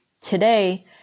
today